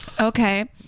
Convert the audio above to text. Okay